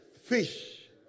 Fish